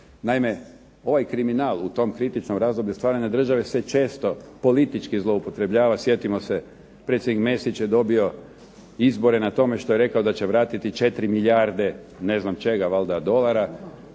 Naime ovaj kriminal u tom kritičnom razdoblju stvaranja države se često politički zloupotrebljava, sjetimo se predsjednik Mesić je dobio izbore na tome što je rekao da će vratiti 4 milijarde, ne znam čega, valjda dolara,